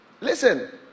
Listen